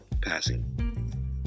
passing